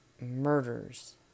murders